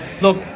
Look